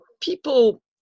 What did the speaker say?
people